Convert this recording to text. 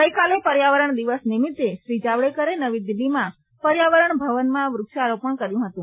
ગઈકાલે પર્યાવરણ દિવસ નિમિત્તે શ્રી જાવડેકરે નવી દિલ્હીમાં પર્યાવરણ ભવનમાં વૃક્ષારોપણ કર્યું હતું